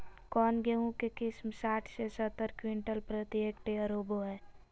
कौन गेंहू के किस्म साठ से सत्तर क्विंटल प्रति हेक्टेयर होबो हाय?